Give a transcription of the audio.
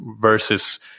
versus